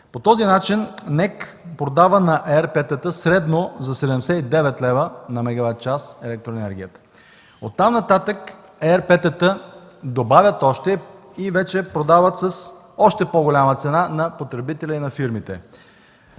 По този начин НЕК продава на ЕРП-тата средно за 79 лв. на мегаватчас електроенергията. Оттам нататък ЕРП-тата добавят още и продават тока с още по-голяма цена на потребителя и на фирмите.